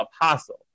apostle